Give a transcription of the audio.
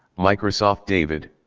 microsoft david,